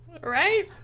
right